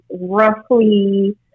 roughly